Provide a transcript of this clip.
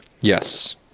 Yes